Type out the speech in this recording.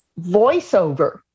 voiceover